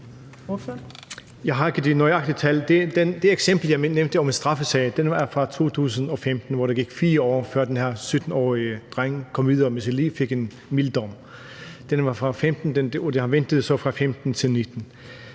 Jeg har ikke de nøjagtige tal. Det eksempel, jeg nævnte, om en straffesag var fra 2015, hvor der gik 4 år, før den her 17-årige dreng kom videre med sit liv og fik en mild dom. Den var fra 2015, og han ventede så fra 2015 til 2019.